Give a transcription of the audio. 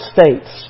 States